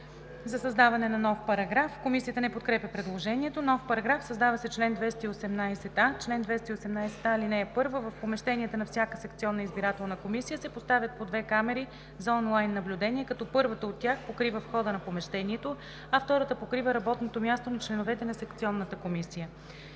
за създаване на нов параграф: „Създава се нов §...:„§… Създава се чл. 218а: „Чл. 218а (1) В помещенията на всяка секционна избирателна комисия се поставят по две камери за он лайн наблюдение, като първата от тях покрива входа на помещението, а втората покрива работното място на членовете на секционната комисия.